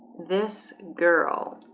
this girl